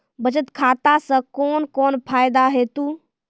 बचत खाता सऽ कून कून फायदा हेतु?